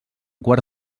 quart